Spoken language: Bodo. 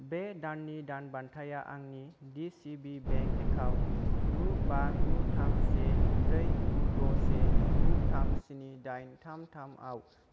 बे दाननि दान बान्थाया आंनि दिसिबि बेंक एकाउन्ट गु बा गु थाम से ब्रै गु द' से गु थाम स्नि दाइन थाम थाम आव